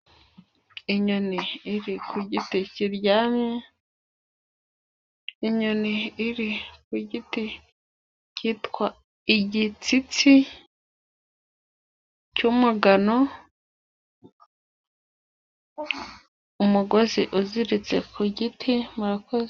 Inyoni iri ku giti kiryamye, inyoni iri ku giti kitwa igitsinsi cy'umugano, umugozi uziritse ku giti, murakoze.